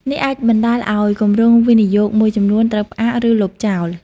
នេះអាចបណ្ដាលឲ្យគម្រោងវិនិយោគមួយចំនួនត្រូវផ្អាក ឬលុបចោល។